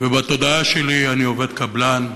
ובתודעה שלי אני עובד קבלן,